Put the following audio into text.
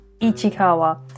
Ichikawa